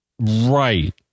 Right